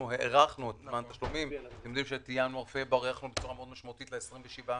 הארכנו את התשלומים את ינואר-פברואר הארכנו בצורה משמעותית ל-27.5,